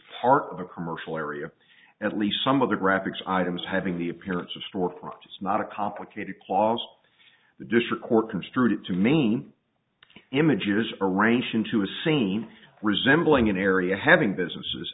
part of a commercial area at least some of the graphics items having the appearance of storefront is not a complicated clause the district court construed it to mean the images are arranged into a scene resembling an area having businesses